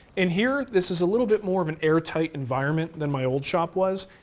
in here, this is a little bit more of an air tight environment than my old shop was.